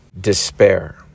despair